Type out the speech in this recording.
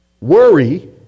Worry